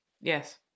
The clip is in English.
Yes